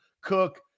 Cook